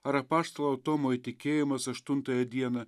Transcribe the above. ar apaštalo tomo įtikėjimas aštuntąją dieną